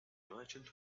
merchant